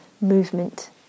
movement